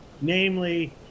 namely